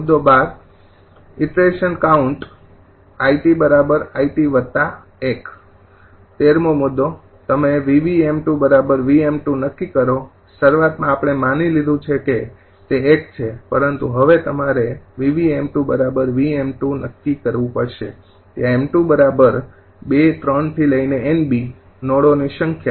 ૧૨ iteration count 𝐼𝑇𝐼𝑇૧ ૧૩ તમે 𝑉𝑉𝑚૨𝑉𝑚૨ નક્કી કરો શરૂઆતમાં આપણે માની લીધું છે કે તે એક છે પરંતુ હવે તમારે 𝑉𝑉𝑚૨𝑉𝑚૨ નક્કી કરવું પડશે ત્યાં 𝑚૨૨૩𝑁𝐵 નોડો ની સંખ્યા